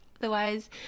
otherwise